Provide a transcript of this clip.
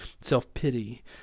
self-pity